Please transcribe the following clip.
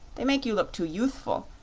they make you look too youthful,